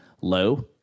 low